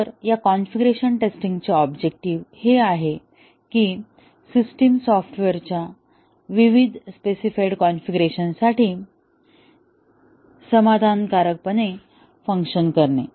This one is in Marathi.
तर या कॉन्फिगरेशन टेस्टिंग चे ऑब्जेक्टिव्ह हे आहे की सिस्टम सॉफ्टवेअरच्या विविध स्पेसिफाइड कॉन्फिगरेशनसाठी समाधानकारकपणे फंक्शन करणे